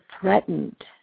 threatened